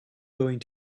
going